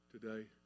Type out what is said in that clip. today